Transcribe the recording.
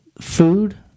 food